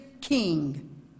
king